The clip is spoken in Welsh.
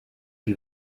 chi